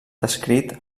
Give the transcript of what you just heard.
descrit